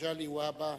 מגלי והבה.